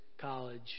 college